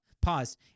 pause